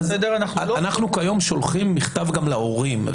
כיום אנחנו שולחים מכתב גם להורים.